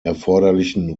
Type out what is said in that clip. erforderlichen